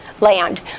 Land